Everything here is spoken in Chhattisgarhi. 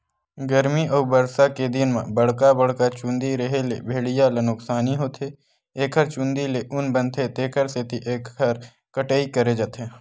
गरमी अउ बरसा के दिन म बड़का बड़का चूंदी रेहे ले भेड़िया ल नुकसानी होथे एखर चूंदी ले ऊन बनथे तेखर सेती एखर कटई करे जाथे